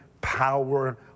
power